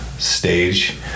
stage